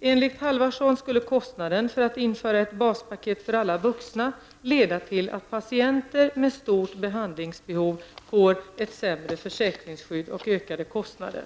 Enligt Isa Halvarsson skulle kostnaden för att införa ett baspaket för alla vuxna leda till att patienter med stort behandlingsbehov får ett sämre försäkringsskydd och ökade kostnader.